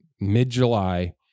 mid-July